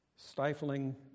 Stifling